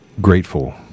grateful